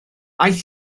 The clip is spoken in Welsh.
aeth